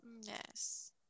Yes